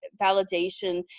validation